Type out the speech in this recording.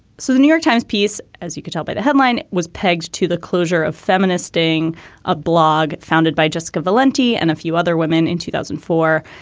so the new york times piece, as you could tell by the headline, was pegged to the closure of feministing, a blog founded by jessica valenti and a few other women in two thousand and four.